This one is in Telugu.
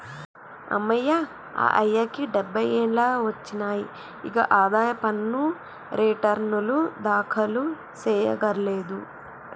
అమ్మయ్య మా అయ్యకి డబ్బై ఏండ్లు ఒచ్చినాయి, ఇగ ఆదాయ పన్ను రెటర్నులు దాఖలు సెయ్యకర్లేదు